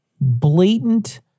blatant